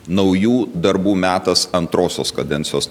naujų darbų metas antrosios kadencijos